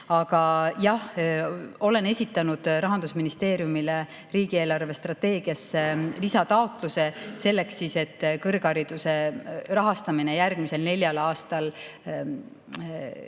jah, olen esitanud Rahandusministeeriumile riigi eelarvestrateegiasse lisataotluse selleks, et kõrghariduse rahastamine järgmisel neljal aastal,